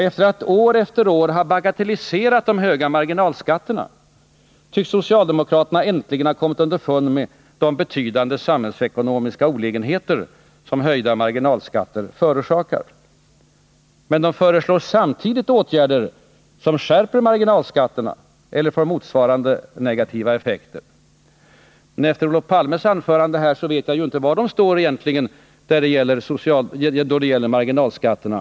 Efter att år efter år ha bagatelliserat de höga marginalskatterna tycks socialdemokraterna äntligen ha kommit underfund med de betydande samhällsekonomiska olägenheter som höjda marginalskatter förorsakar. Men de föreslår samtidigt åtgärder som skärper marginalskatterna eller får motsvarande negativa effekter. Efter Olof Palmes anförande i dag vet jag inte var de egentligen står då det gäller marginalskatterna.